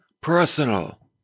personal